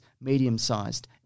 medium-sized